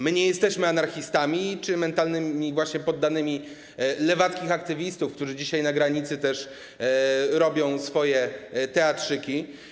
My nie jesteśmy anarchistami czy mentalnymi poddanymi lewackich aktywistów, którzy dzisiaj na granicy też robią swoje teatrzyki.